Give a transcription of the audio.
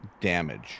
damage